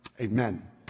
Amen